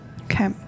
Okay